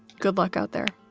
good luck out there.